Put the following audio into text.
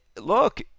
look